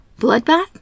bloodbath